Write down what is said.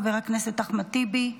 חבר הכנסת אחמד טיבי,